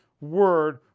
word